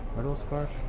are those scarfs?